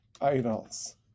idols